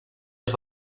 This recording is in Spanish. los